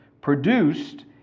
produced